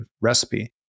recipe